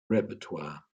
repertoire